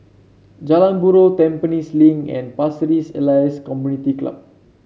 Jalan Buroh Tampines Link and Pasir Ris Elias Community Club